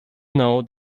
know